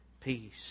peace